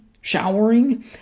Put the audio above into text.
showering